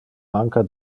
manca